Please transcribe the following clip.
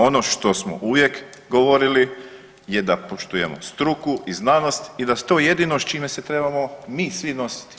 Ono što smo uvijek govorili je da poštujemo struku i znanost i da su to jedino s čime se trebamo mi svi nositi.